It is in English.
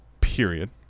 period